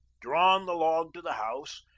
drawn the log to the house,